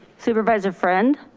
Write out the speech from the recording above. supervisor friend.